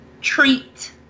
treat